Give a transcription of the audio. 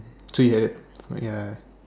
three heard ya